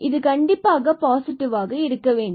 இது கண்டிப்பாக பாசிட்டிவ் ஆக இருக்க வேண்டும்